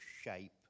shape